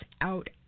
out